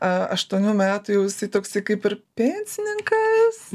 aštuonių metų jau jisai toks kaip ir pensininkas